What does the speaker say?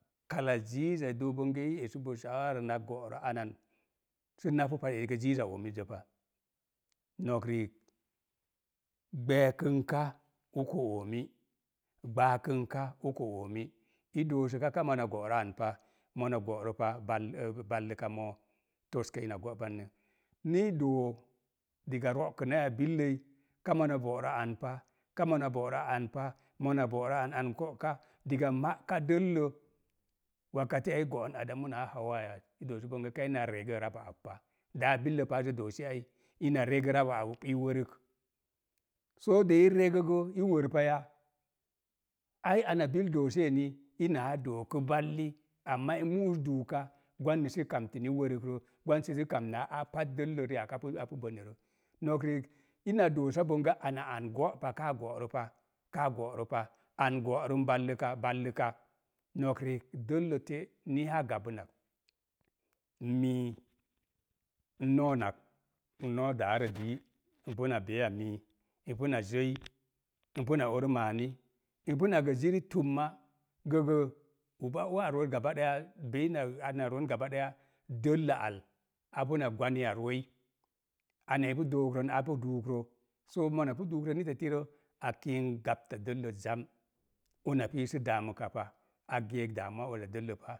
Kala ziiz a dook bonmge i esubo na go'rə anan, sə na pupaz, ekigə ziiza oomizə pa. Nok riik, gbeekənka, uko oomi, gbaakənka uko oomi, i dosəka ka mona go'ra anpa, mona go'rəpa balləka moo, toska ina go'pandə. Nii dook, diga ro'okənai ya bil ləi, ka mona bo'rə anpa, ka mona bo'rə anpa, mona bo'rə an, an go'ka. Diga mə'ka dəllə, goon adamu maa hauwa doosi bonge, kaina regə raba abpa, daa billə paazə doosi ai, ina regə rauwa au i wərək. Soo de i regə gə i wər paya, ai ana bil doosi eni, inaa doo kə valli, amaa i mu'us duuka, gwanni sə kamtini wərəkrə, gwansi si kamnaa aapat dəllə ri'ak apu apu. Nok riik ina dosa bonge ana an go'pa, kaa go'rə pa, kaa go'rə pa, an go'rəm. Nok riik, dəllə tei, ni a gabən nak, mii n noon ak, n noo daarə dii, npu na beiya mii, npu na zəi, n puna ori maani, npu nma ga ziri tumma, gəgə, bei ina an roon dəlla al apu na gwarmya rooi. Ana ipun dookrən apu duukrə. Soo mona duukrə nitetirə a kink gabta dəllət ona pis si a geek uza dəllə pa.